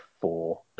four